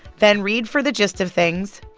then read for the gist of things.